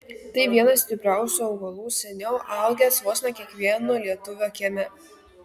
tai vienas stipriausių augalų seniau augęs vos ne kiekvieno lietuvio kieme